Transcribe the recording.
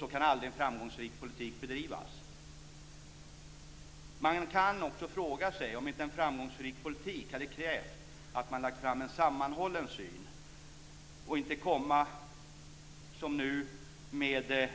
Så kan aldrig en framgångsrik politik bedrivas. Man kan också fråga sig om inte en framgångsrik politik hade krävt att man lagt fram en sammanhållen syn och inte som nu att man kommer med